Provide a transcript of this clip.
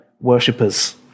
worshippers